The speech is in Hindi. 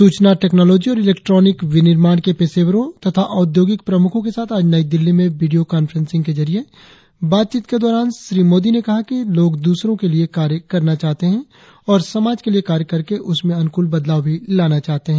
सूचना टेक्नॉलोजी और इलेक्ट्रानिक विनिर्माण के पेशेवरों तथा औद्योगिक प्रमुखों के साथ आज नई दिल्ली में वीडियों कांफ्रेंस के जरिए बातचीत के दौरान श्री मोदी ने कहा कि लोग द्रसरों के लिए कार्य करना चाहते हैं और समाज के लिए कार्य करके उसमें अनुकूल बदलाव भी लाना चाहते हैं